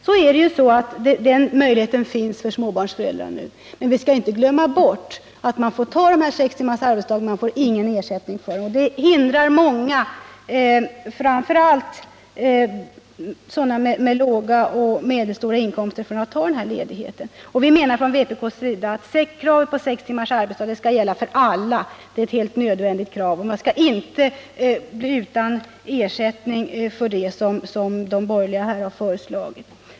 Möjlighet till sex timmars arbetsdag finns ju nu för småbarnsföräldrar, men vi skall inte glömma bort att de inte får någon ersättning för arbetstidsförkortningen. Det hindrar många föräldrar, framför allt sådana med låga och medelhöga inkomster, från att ta denna ledighet. Vi i vpk menar att kravet på sex timmars arbetsdag skall gälla för alla. Det är e'' helt nödvändigt krav, och man skall inte bli utan ersättning för arbetstidsförkortningen, såsom de borgerliga har föreslagit.